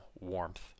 warmth